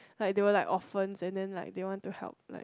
like they were like orphan and then like they want to help like